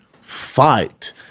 fight